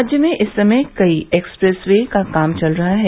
राज्य में इस समय कई एक्सप्रेस वे का काम चल रहा है